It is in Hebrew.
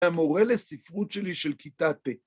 המורה לספרות שלי של כיתה T